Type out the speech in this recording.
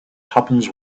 happens